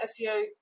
seo